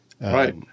right